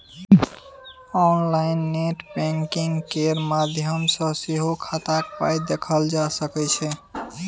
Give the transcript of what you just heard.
online net banking केर माध्यम सँ सेहो खाताक पाइ देखल जा सकै छै